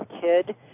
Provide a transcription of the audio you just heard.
kid